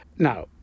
Now